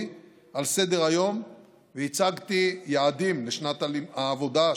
על סדר-היום והצבתי יעדים לשנת העבודה,